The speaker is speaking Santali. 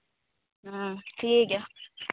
ᱴᱷᱤᱠᱜᱮᱭᱟ